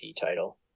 title